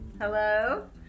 Hello